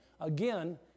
again